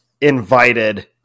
invited